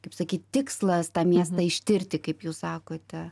kaip sakyt tikslas tą miestą ištirti kaip jūs sakote